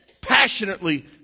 Passionately